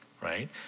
right